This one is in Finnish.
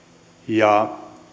ja